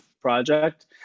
project